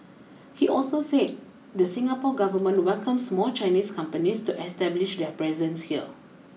he also said the Singapore government welcomes more Chinese companies to establish their presence here